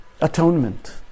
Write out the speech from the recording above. atonement